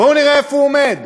בואו נראה איפה הוא עומד,